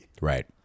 Right